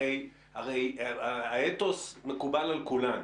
הרי האתוס מקובל על כולנו